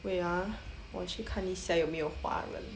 wait ah 我去看一下有没有华人